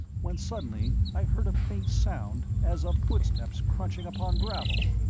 when suddenly i heard a faint sound as of footsteps crunching upon gravel.